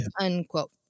unquote